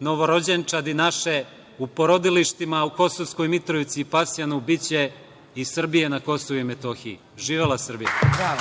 novorođenčadi naše u porodilištima u Kosovskoj Mitrovici i Pasjanu, biće i Srbija na Kosovu i Metohiji. Živela Srbija.